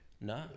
no